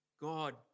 God